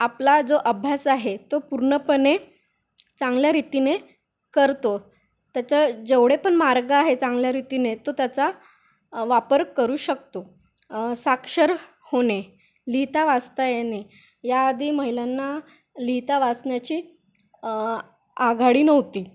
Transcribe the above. आपला जो अभ्यास आहे तो पूर्णपणे चांगल्यारितीने करतो त्याच्या जेवढे पण मार्ग आहे चांगल्यारितीने तो त्याचा वापर करू शकतो साक्षर होणे लिहिता वाचता येणे या आधी महिलांना लिहिता वाचण्याची आघाडी नव्हती